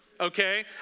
okay